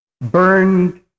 Burned